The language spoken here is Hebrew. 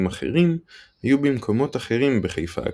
אחרים היו במקומות אחרים בחיפה הקדומה.